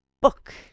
book